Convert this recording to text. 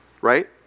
right